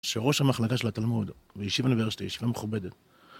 שראש המחלקה של התלמוד, יישיב אוניברסיטה, יישיבה מכובדת